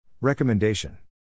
Recommendation